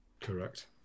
Correct